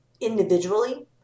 individually